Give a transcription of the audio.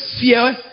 fear